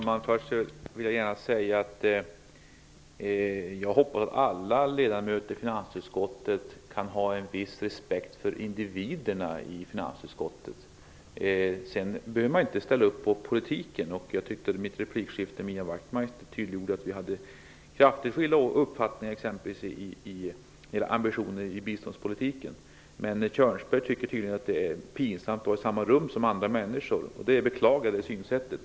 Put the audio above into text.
Herr talman! Jag hoppas att alla ledamöter i finansutskottet har en viss respekt för individerna i finansutskottet. Man behöver inte ställa upp på andras politik. Jag tycker att mitt replikskifte med Ian Wachtmeister måste ha tydliggjort att vi har ordentligt skilda uppfattningar exempelvis när det gäller ambitionen i biståndspolitiken. Arne Kjörnsberg tycker tydligen att det är pinsamt att vistas i samma rum som andra människor. Jag beklagar ett sådant synsätt.